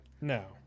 No